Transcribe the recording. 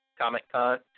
Comic-Con